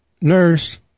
nurse